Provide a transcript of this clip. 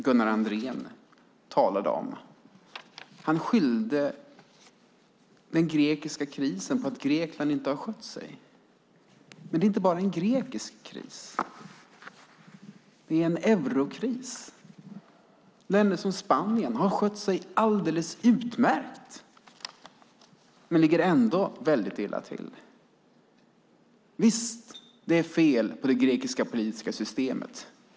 Gunnar Andrén skyllde den grekiska krisen på att Grekland inte har skött sig. Men detta är inte bara en grekisk kris. Det är en eurokris. Länder som Spanien har skött sig alldeles utmärkt, men ligger ändå illa till. Visst - det är fel på det grekiska politiska systemet.